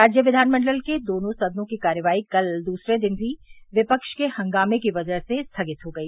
राज्य विधानमंडल के दोनों सदनों की कार्यवाही कल दूसरे दिन भी विपक्ष के हंगामे की वजह से स्थगित हो गई